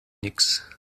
nix